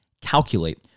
Calculate